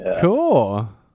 Cool